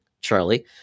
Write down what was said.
Charlie